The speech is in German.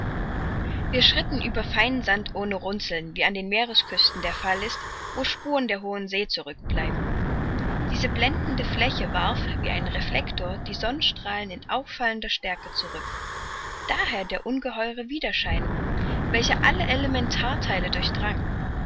wir schritten über seinen sand ohne runzeln wie an den meeresküsten der fall ist wo spuren der hohen see zurückbleiben diese blendende fläche warf wie ein reflector die sonnenstrahlen mit auffallender stärke zurück daher der ungeheure wiederschein welcher alle elementartheile durchdrang